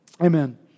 Amen